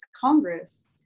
Congress